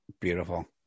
Beautiful